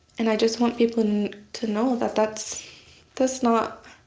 and i just want people and to know that that's that's not